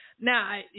Now